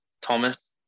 Thomas